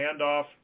handoff